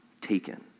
taken